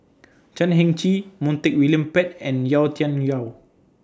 Chan Heng Chee Montague William Pett and Yau Tian Yau